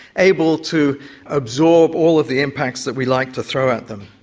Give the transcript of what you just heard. able to absorb all of the impacts that we like to throw at them.